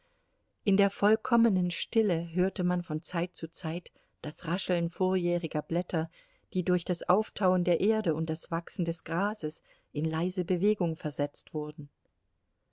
in der vollkommenen stille hörte man von zeit zu zeit das rascheln vorjähriger blätter die durch das auftauen der erde und das wachsen des grases in leise bewegung versetzt wurden